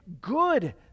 good